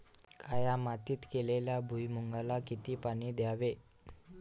काळ्या मातीत केलेल्या भुईमूगाला किती पाणी द्यावे?